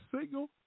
single